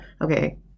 okay